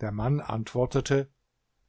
der mann antwortete